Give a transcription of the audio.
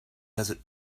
desert